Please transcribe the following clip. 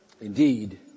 Indeed